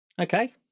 Okay